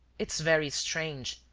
it's very strange,